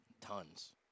Tons